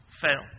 fail